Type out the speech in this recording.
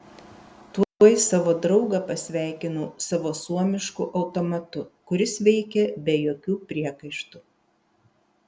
tuoj savo draugą pasveikinau savo suomišku automatu kuris veikė be jokių priekaištų